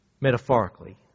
metaphorically